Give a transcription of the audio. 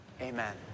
Amen